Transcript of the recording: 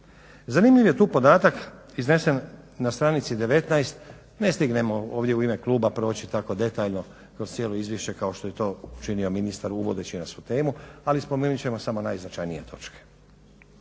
Zanimljiv je tu podatak iznesen na stranici 19., ne stignemo ovdje u ime kluba proći tako detaljno kroz cijelo izvješće kao što je to učinio ministar uvodeći nas u temu ali spomenut ćemo samo najznačajnije točke.